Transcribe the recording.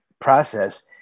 process